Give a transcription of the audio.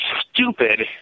stupid